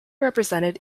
represented